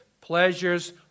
pleasures